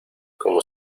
como